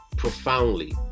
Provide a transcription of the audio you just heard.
Profoundly